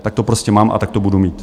Tak to prostě mám a tak to budu mít.